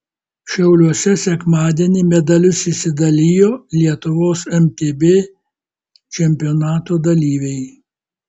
šiauliuose sekmadienį medalius išsidalijo lietuvos mtb čempionato dalyviai